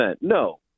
No